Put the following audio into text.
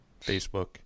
Facebook